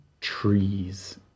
trees